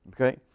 Okay